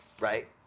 right